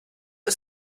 ist